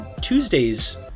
tuesdays